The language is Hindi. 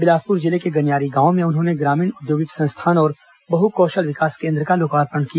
बिलासपुर जिले के गनियारी गांव में उन्होंने ग्रामीण औद्योगिक संस्थान और बहु कौशल विकास केन्द्र का लोकार्पण किया